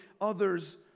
others